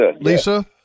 Lisa